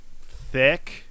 thick